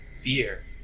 fear